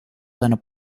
seiner